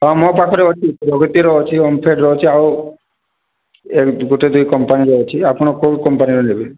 ହଁ ମୋ ପାଖରେ ଅଛି ପ୍ରଗତିର ଅଛି ଓମଫେଡ଼ର ଅଛି ଆଉ ଏମିତି ଗୋଟେ ଦୁଇ କମ୍ପାନୀର ଅଛି ଆପଣ କେଉଁ କମ୍ପାନୀର ନେବେ